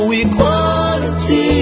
equality